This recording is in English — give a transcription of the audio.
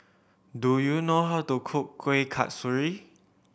do you know how to cook Kuih Kasturi